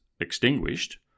extinguished